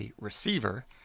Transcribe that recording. receiver